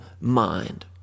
mind